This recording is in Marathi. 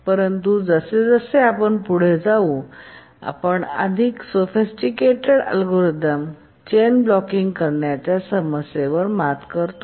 परंतु जसजसे आपण पुढे जाऊ आम्ही अधिक सोफिस्टिकेटेड अल्गोरिदम चैन ब्लॉकिंग करण्याच्या समस्येवर मात करतो